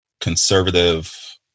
conservative